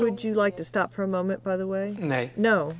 would you like to stop for a moment by the way